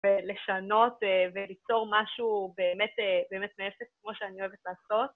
ולשנות וליצור משהו באמת מאפס כמו שאני אוהבת לעשות.